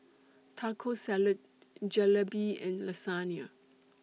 Taco Salad Jalebi and Lasagne